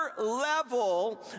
level